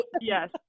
yes